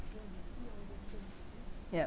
yup